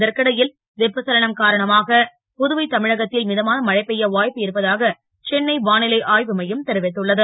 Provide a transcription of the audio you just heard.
இதற்கிடை வெப்பச்சலனம் காரணமாக புதுவை தமிழகத் ல் மிதமான மழை பெ ய வா ப்பு இருப்பதாக சென்னை வா லை ஆ வு மையம் தெரிவித்துள்ளது